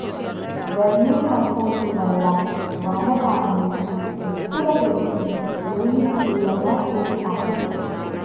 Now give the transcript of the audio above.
vermi compost వల్ల వాన పాములు ఎక్కువ పెరిగి భూమిని గుల్లగా చేస్తాయి